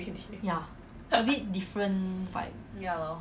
ya a bit different vibe